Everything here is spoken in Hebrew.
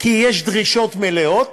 כי יש דרישות מלאות,